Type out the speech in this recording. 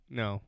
no